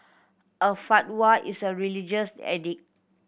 a fatwa is a religious edict